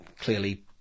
clearly